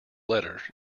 letter